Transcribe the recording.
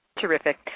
Terrific